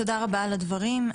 תודה רבה על הדברים.